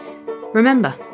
Remember